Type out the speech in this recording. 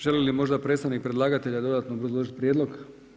Želi li možda predstavnik predlagatelja dodatno obrazložiti prijedlog?